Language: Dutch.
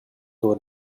door